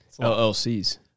LLCs